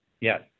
Yes